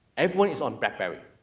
everyone is on blackberry.